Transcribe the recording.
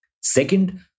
Second